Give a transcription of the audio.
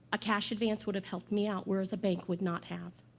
a cash advance would have helped me out, whereas a bank would not have.